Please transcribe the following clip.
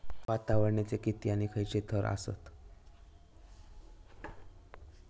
वातावरणाचे किती आणि खैयचे थर आसत?